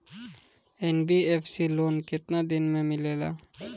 NBFC loan केतना दिन मे मिलेला?